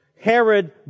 Herod